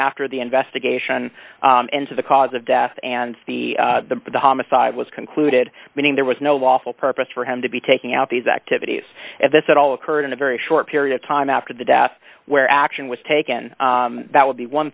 after the investigation into the cause of death and the homicide was concluded meaning there was no lawful purpose for him to be taking out these activities at this at all occurred in a very short period of time after the death where action was taken that would be one